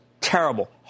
terrible